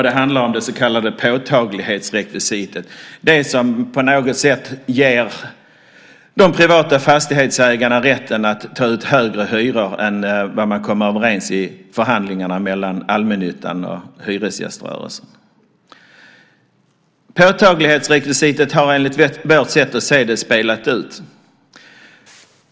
Det handlar om det så kallade påtaglighetsrekvisitet som på något sätt ger de privata fastighetsägarna rätten att ta ut högre hyror än vad man kom överens om i förhandlingarna mellan allmännyttan och hyresgäströrelsen. Påtaglighetsrekvisitet har enligt vårt sätt att se det spelat ut sin roll.